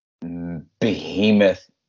behemoth